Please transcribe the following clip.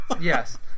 Yes